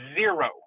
zero